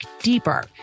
deeper